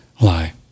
lie